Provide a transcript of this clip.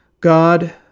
God